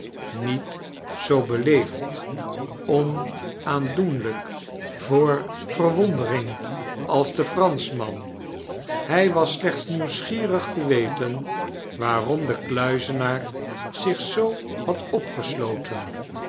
niet zoo beleefd onaandoenlijk voor verwondering als de franschman hij was slechts nieuwsgierig te weten waarom de kluizenaar zich zoo had ojjgesloten